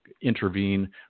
intervene